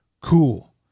cool